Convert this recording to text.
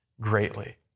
greatly